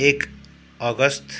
एक अगस्त